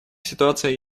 ситуация